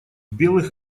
белых